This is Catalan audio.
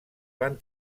van